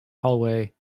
hallway